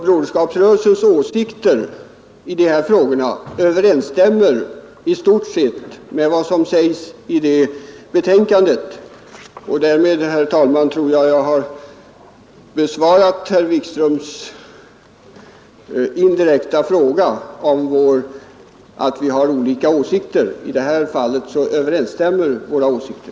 Broderskapsrörelsens åsikter i dessa frågor överensstämmer i stort sett med vad som sägs i det betänkandet. Därmed, herr talman, tror jag att jag har besvarat herr Wikströms påstående angående våra olika åsikter i det socialdemokratiska partiet, i det här fallet överensstämmer alltså våra åsikter.